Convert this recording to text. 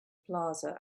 plaza